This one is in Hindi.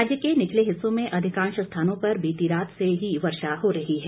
राज्य के निचले हिस्सों में अधिकांश स्थानों पर बीती रात से ही वर्षा हो रही है